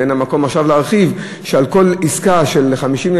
ואין מקום עכשיו להרחיב על כך שעל כל עסקה של 50,000